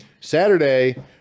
Saturday